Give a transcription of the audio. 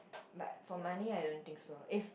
but for money I don't think so if